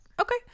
okay